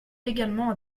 également